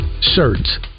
shirts